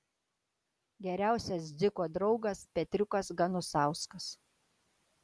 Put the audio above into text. geriausias dziko draugas petriukas ganusauskas